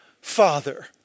Father